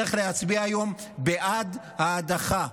צריך להצביע היום בעד ההדחה.